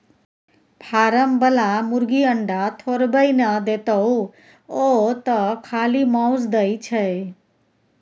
form बला मुरगी अंडा थोड़बै न देतोउ ओ तँ खाली माउस दै छै